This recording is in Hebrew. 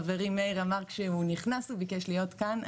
חברי מאיר אמר כשהוא נכנס הוא ביקש להיות כאן.